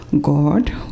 God